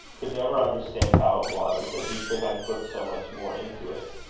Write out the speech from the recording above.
could never understand how it was, that he could have put so much more into it,